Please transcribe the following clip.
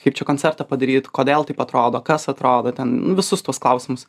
kaip čia koncertą padaryt kodėl taip atrodo kas atrodo ten nu visus tuos klausimus